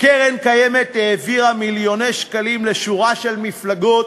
חברי חברי הכנסת, כל מה שקורה בחקירות השב"כ,